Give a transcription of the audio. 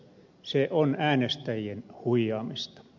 se on äänestäjien huijaamista